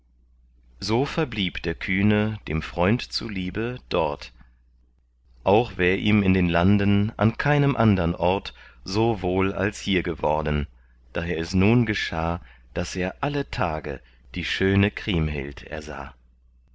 so verblieb der kühne dem freund zuliebe dort auch wär ihm in den landen an keinem andern ort so wohl als hier geworden daher es nun geschah daß er alle tage die schöne kriemhild ersah